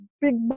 big